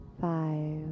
five